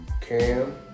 Cam